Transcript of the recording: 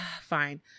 fine